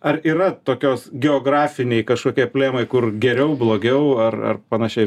ar yra tokios geografiniai kašokie plėmai kur geriau blogiau ar ar panašiai